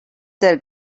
their